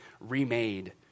remade